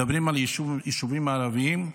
מדברים על יישובים ערביים,